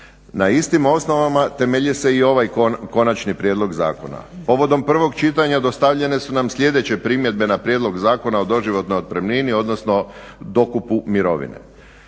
Na istim osnovama temelji se i ovaj konačni prijedlog zakona. Povodom prvog čitanja dostavljene su nam sljedeće primjedbe na Prijedlog zakona o doživotnoj otpremnini, odnosno dokupu mirovine.